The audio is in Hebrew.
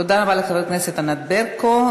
תודה רבה לחברת הכנסת ענת ברקו.